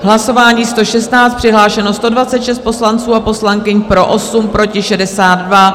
Hlasování 116, přihlášeno 126 poslanců a poslankyň, pro 8, proti 62.